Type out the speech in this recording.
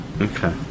Okay